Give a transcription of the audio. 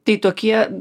tai tokie